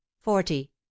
forty